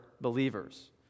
believers